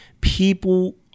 People